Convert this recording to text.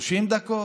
30 דקות,